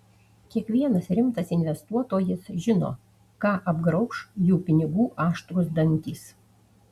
kiekvienas rimtas investuotojas žino ką apgrauš jų pinigų aštrūs dantys